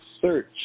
search